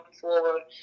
forward